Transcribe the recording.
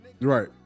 Right